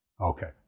Okay